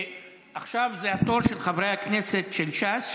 עכשיו זה התור של חברי הכנסת של ש"ס,